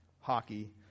hockey